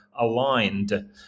aligned